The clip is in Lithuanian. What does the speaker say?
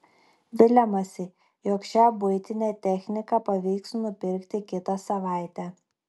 viliamasi jog šią buitinę techniką pavyks nupirkti kitą savaitę